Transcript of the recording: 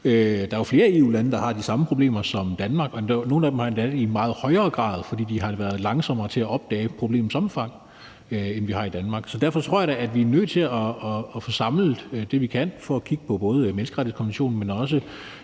Der er jo flere EU-lande, der har de samme problemer som Danmark, og nogle af dem har det endda i meget højere grad, fordi de har været langsommere til at opdage problemets omfang, end vi har i Danmark. Så derfor tror jeg da, at vi er nødt til at få samlet det, vi kan, for at kigge på både menneskerettighedskonventionen, men også